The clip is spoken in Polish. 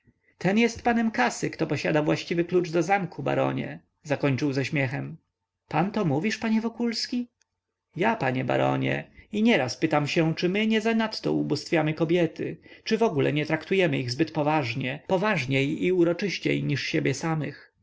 ten jest panem kasy kto posiada właściwy klucz do zamku baronie zakończył ze śmiechem pan to mówisz panie wokulski ja panie i nieraz pytam się czy my nie zanadto ubóstwiamy kobiety czy wogóle nie traktujemy ich zbyt poważnie poważniej i uroczyściej niż siebie samych